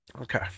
Okay